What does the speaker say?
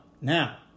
now